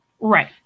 right